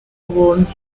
bombi